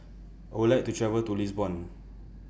I Would like to travel to Lisbon